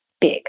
big